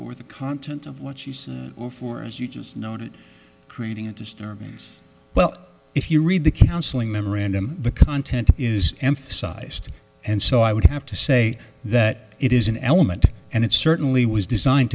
or the content of what she said for as you just noted creating a disturbance well if you read the counseling memorandum the content is emphasized and so i would have to say that it is an element and it certainly was designed